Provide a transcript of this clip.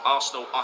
Arsenal